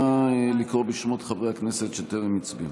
נא לקרוא בשמות חברי הכנסת שטרם הצביעו.